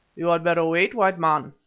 you had better wait, white man,